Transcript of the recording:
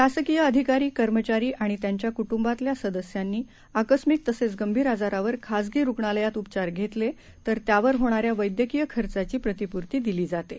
शासकीयअधिकारी कर्मचारीआणित्यांच्याक्ट्रंबातल्यासदस्यांनीआकस्मिकतसेचगभीरआजारावरखाजगीरुग्णालयातउपचारघेतलेतरत्यावरहोणाऱ्यावैद्यकीय खर्चाचीप्रतिपूर्तीदिलीजाते